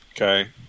Okay